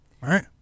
Right